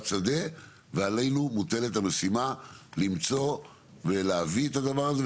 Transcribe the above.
שדה ועלינו מוטלת המשימה למצוא ולהביא את הדבר הזה,